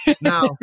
Now